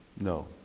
No